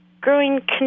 growing